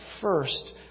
first